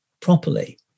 properly